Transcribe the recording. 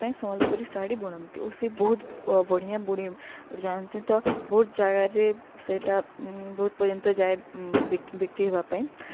ପାଇଁ ସମ୍ବଲପୁରୀ ଶାଢ଼ୀ ବୁଣନ୍ତି ଓ ସେ ବହୁତ ବଢ଼ିଆ ଜାଆନ୍ତି ତ ବହୁତ ଜାଗାରେ ସେଇଟା ବହୁତ ପର୍ଯ୍ୟନ୍ତ ଯାଏ ବିକ୍ରି ହେବା ପାଇଁ